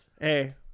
Hey